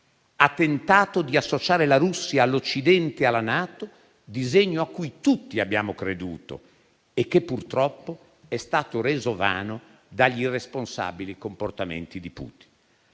ha tentato di associare la Russia all'Occidente e alla NATO, disegno cui tutti abbiamo creduto e che, purtroppo, è stato reso vano dagli irresponsabili comportamenti di Putin.